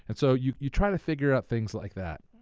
and so you you try to figure out things like that.